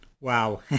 Wow